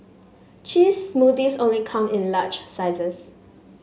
cheese smoothies only come in large sizes